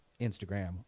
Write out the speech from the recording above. Instagram